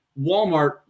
Walmart